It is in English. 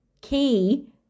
key